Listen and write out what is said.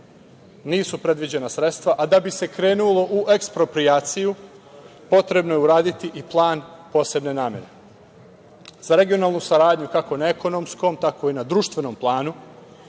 nisu predviđena sredstva, a da bi se krenulo u eksproprijaciju potrebno je uraditi i plan posebne namene.Za regionalnu saradnju kako na ekonomskom, tako i na društvenom planu,